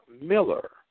Miller